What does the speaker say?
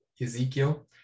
Ezekiel